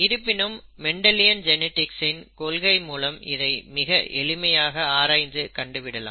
இருப்பினும் Mendelian genetics இன் கொள்கை மூலம் இதை மிக எளிமையாக ஆராய்ந்து கண்டு விடலாம்